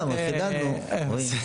לא, חידדנו, רועי.